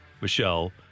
Michelle